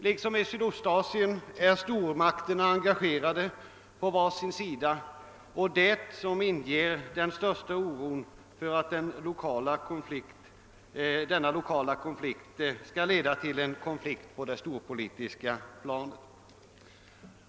Liksom i Sydostasien är stormakterna engagerade på var sin sida, och det är detta som inger den största oron för att denna lokala konflikt skall leda till en konflikt på det storpolitiska planet.